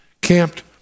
camped